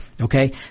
Okay